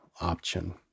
option